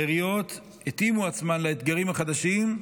העיריות התאימו עצמן לאתגרים החדשים,